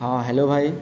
ହଁ ହ୍ୟାଲୋ ଭାଇ